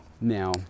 Now